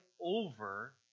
over